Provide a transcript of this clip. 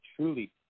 Truly